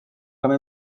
quand